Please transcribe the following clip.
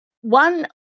one